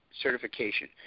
certification